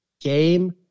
game